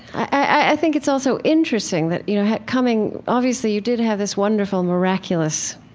i think it's also interesting that, you know, coming, obviously, you did have this wonderful miraculous